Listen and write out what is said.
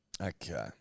Okay